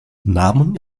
namen